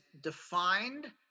defined